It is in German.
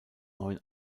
neuen